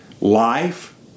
life